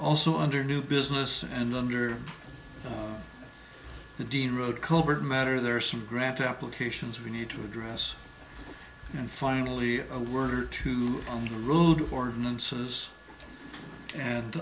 also under new business and under the dean road coburn matter there are some grant applications we need to address and finally a word or two on the road or nuances and